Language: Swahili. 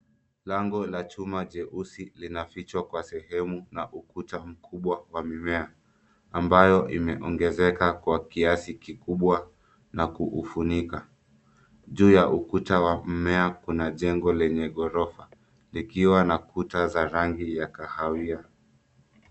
Lango la chuma jeusi linafichwa kwa sehemu na ukuta mkubwa wa mimea, ambayo imeongezeka kwa kiasi kikubwa na kuufunika. Juu ya ukuta, wa mmea kuna jengo lenye ghorofa, likiwa na kuta za rangi ya kahawia.